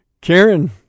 Karen